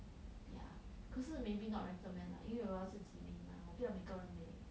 ya 可是 maybe not recommend lah 因为我要自己美 mah 我不要每个人美